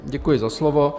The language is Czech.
Děkuji za slovo.